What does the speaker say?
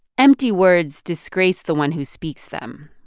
empty words disgrace the one who speaks them,